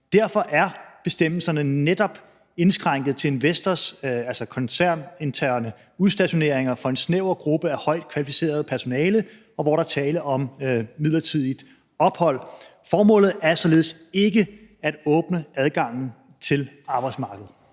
Derfor er bestemmelserne netop indskrænket til investors koncerninterne udstationeringer for en snæver gruppe af højt kvalificeret personale, og hvor der er tale om midlertidigt ophold. Formålet er således ikke at åbne adgang til arbejdsmarkedet.